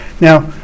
Now